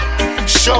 Show